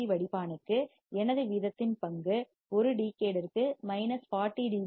C வடிப்பானுக்கு எனது வீதத்தின் பங்கு ஒரு டிகேட் ற்கு மைனஸ் 40 டி